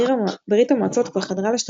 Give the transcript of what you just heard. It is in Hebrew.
ברית המועצות כבר חדרה לשטעטל,